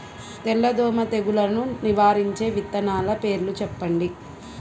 తెల్లదోమ తెగులును నివారించే విత్తనాల పేర్లు చెప్పండి?